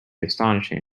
astonishing